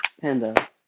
Panda